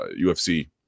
UFC